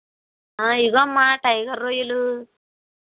ఇదిగో అమ్మా టైగర్ రొయ్యలు